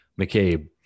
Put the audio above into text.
McCabe